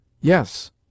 Yes